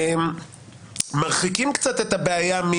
מרחיקים קצת את הבעיה.